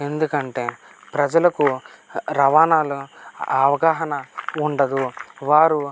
ఎందుకంటే ప్రజలకు రవాణాలో అవగాహన ఉండదు వారు